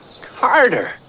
Carter